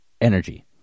energy